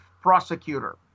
prosecutor